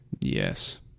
Yes